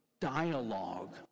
dialogue